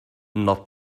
not